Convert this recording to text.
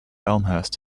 elmhurst